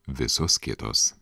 visos kitos